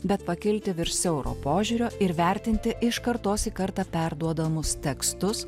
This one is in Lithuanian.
bet pakilti virš siauro požiūrio ir vertinti iš kartos į kartą perduodamus tekstus